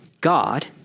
God